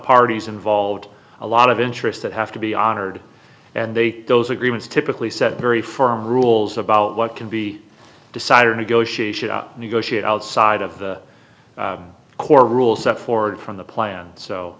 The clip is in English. parties involved a lot of interests that have to be honored and they those agreements typically set very firm rules about what can be decided negotiation negotiate outside of the core rules set forward from the plan so